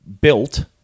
built